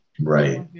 Right